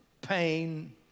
pain